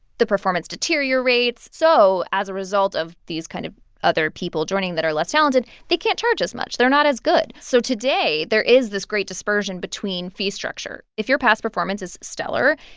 the performance deteriorates. so as a result of these kind of other people joining that are less talented, they can't charge as much they're not as good so today there is this great dispersion between fee structure. if your past performance is stellar,